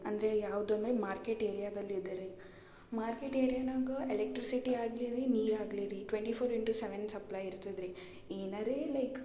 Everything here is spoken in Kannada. ಅಂದರೆ ಯಾವುದು ಅಂದರೆ ಮಾರ್ಕೆಟ್ ಏರ್ಯಾದಲ್ಲಿದೆ ರೀ ಮಾರ್ಕೆಟ್ ಏರ್ಯಾನಾಗ ಎಲೆಕ್ಟ್ರಿಸಿಟಿ ಆಗಲಿ ರೀ ನೀರು ಆಗಲಿ ರೀ twenty four into seven supply ಇರ್ತದೆ ರೀ ಏನರೆ ಲೈಕ್